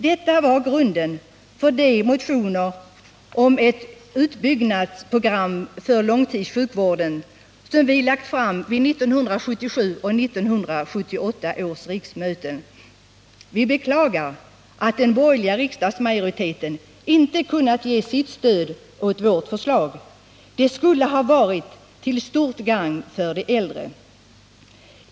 Detta förhållande var bakgrunden till de motioner och det utbyggnadsprogram för långtidssjukvården som vi lagt fram vid 1977 och 1978 års riksmöten. Vi beklagar att den borgerliga riksdagsmajoriteten inte kunnat ge sitt stöd åt vårt förslag. Ett genomförande av vårt program skulle ha varit till stort gagn för de äldre.